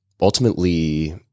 ultimately